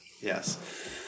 Yes